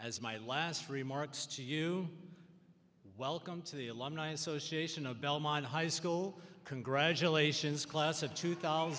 as my last remarks to you welcome to the alumni association of belmont high school congratulations class of two thousand